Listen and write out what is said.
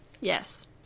Yes